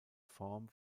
form